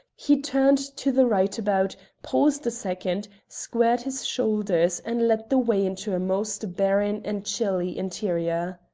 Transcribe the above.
he turned to the right about, paused a second, squared his shoulders, and led the way into a most barren and chilly interior.